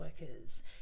workers